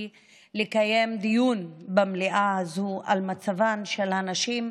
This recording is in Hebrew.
לקיים דיון במליאה הזאת על מצבן של הנשים,